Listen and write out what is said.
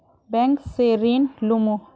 Bank से ऋण लुमू?